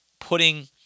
putting